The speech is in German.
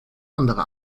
andere